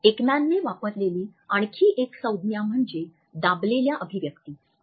एकमॅनने वापरलेली आणखी एक संज्ञा म्हणजे 'दाबलेल्या अभिव्यक्ती'